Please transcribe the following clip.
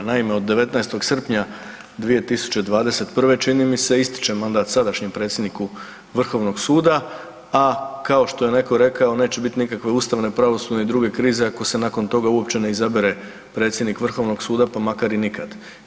Naime, od 19. srpnja 2021. čini mi se ističe mandat sadašnjem predsjedniku Vrhovnog suda, a kao što je netko rekao neće biti nikakve ustavne, pravosudne i druge krize ako se nakon toga uopće ne izabere predsjednik Vrhovnog suda pa makar i nikad.